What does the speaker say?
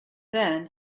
then